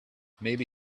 maybe